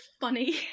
funny